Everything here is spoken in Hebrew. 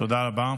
תודה רבה.